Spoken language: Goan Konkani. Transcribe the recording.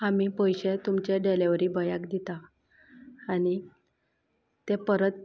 आमी पयशे तुमचे डेलीवरी बॉयाक दिता आनीक ते परत